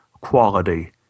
quality